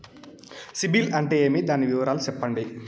సిబిల్ అంటే ఏమి? దాని వివరాలు సెప్పండి?